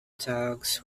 tugs